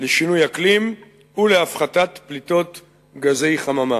לשינוי אקלים ולהפחתת פליטות גזי חממה.